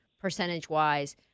percentage-wise